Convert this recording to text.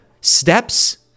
steps